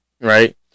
right